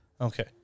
Okay